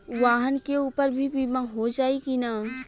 वाहन के ऊपर भी बीमा हो जाई की ना?